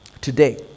today